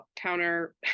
counter